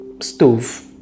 stove